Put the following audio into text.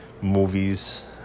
movies